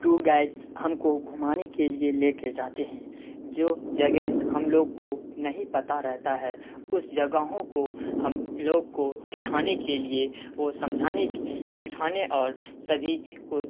tour guides ہم کو گھمانے کے لیے لے کے جاتے ہیں جو جگہ ہم لوگ کو نہیں پتا رہتا ہے اس جگہوں کو ہم لوگ کو دکھانے کے لیے وہ سمجھانے دکھانے اور سبھی کو